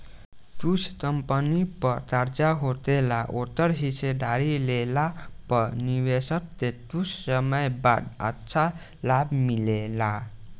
कुछ कंपनी पर कर्जा होखेला ओकर हिस्सेदारी लेला पर निवेशक के कुछ समय बाद अच्छा लाभ मिलेला